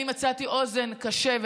אני מצאתי אוזן קשבת,